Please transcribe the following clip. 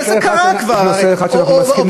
יש נושא אחד שאנחנו מסכימים.